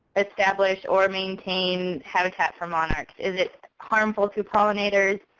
establish or maintain habitat for monarchs? is it harmful to pollinators?